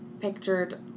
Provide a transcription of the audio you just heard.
pictured